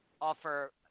offer